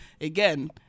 again